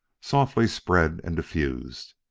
softly spread and diffused!